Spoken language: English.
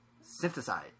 synthesize